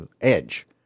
edge